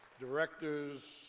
directors